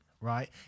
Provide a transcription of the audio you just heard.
right